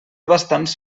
bastants